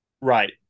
right